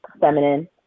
feminine